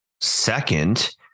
Second